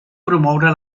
promoure